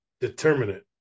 determinant